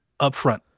upfront